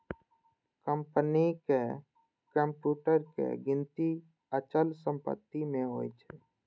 कंपनीक कंप्यूटर के गिनती अचल संपत्ति मे होइ छै